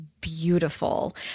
beautiful